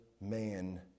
man